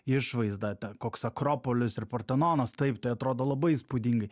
išvaizdą te koks akropolis ir portanonas taip tai atrodo labai įspūdingai